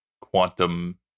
quantum